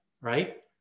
right